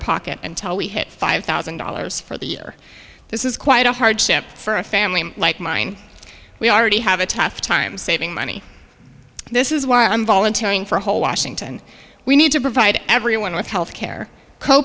pocket until we hit five thousand dollars for the year this is quite a hardship for a family like mine we already have a tough time saving money this is why i'm volunteering for whole washington we need to provide everyone with health care co